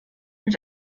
mit